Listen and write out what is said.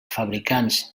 fabricants